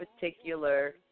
particular